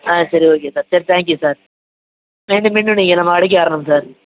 ஆ சரி okay sir சரி thank you sir மீண்டும் மீண்டும் நீங்கள் நம்ம கடைக்கு வரணும் சார்